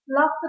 Love